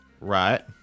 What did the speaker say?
Right